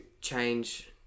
change